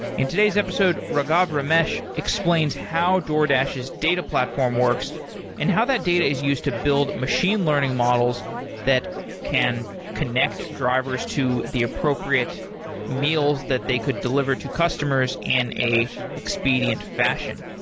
in today's episode, raghav ramesh explains how doordash's data platform works and how that data is used to build machine learning models that can connect drivers to the appropriate meals that they could deliver to customers in an expedient fashion.